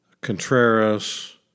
Contreras